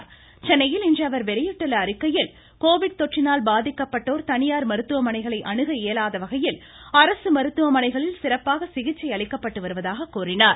இதுகுறித்து இன்று அவர் வெளியிட்டுள்ள அறிக்கையில் கோவிட் தொற்றினால் பாதிக்கப்பட்டோர் தனியார் மருத்துவமனைகளை அனுக இயலாத வகையில் அரசு மருத்துவமனைகளில் சிறப்பாக சிகிச்சை அளிக்கப்பட்டு வருவதாக கூறினார்